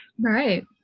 right